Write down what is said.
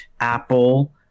Apple